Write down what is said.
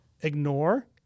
ignore